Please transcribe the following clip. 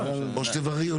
או שתבררי.